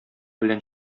белән